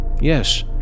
Yes